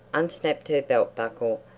unsnapped her belt buckle,